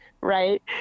Right